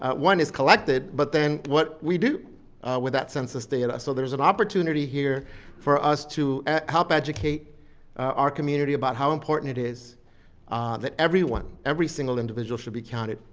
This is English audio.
ah one, is collected, but then what we do with that census data. so there's an opportunity here for us to help educate our community about how important it is that everyone, every single individual should be counted.